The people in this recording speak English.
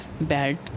bad